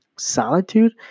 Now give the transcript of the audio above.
Solitude